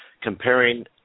comparing